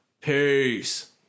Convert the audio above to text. Peace